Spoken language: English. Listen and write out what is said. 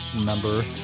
number